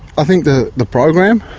i think the the program,